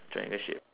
triangle shape